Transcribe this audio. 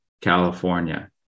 California